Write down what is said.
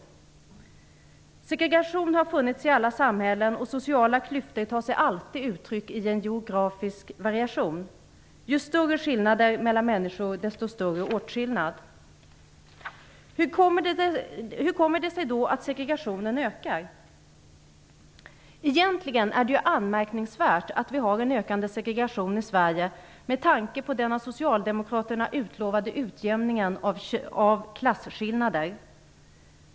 Segregation har funnits i alla samhällen. Sociala klyftor tar sig alltid uttryck i en geografisk variation. Ju större skillnader mellan människor, desto större åtskillnad. Egentligen är det anmärkningsvärt att vi har en ökande segregation i Sverige med tanke på den av socialdemokraterna utlovade utjämningen av klasskillnader.